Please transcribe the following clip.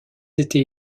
été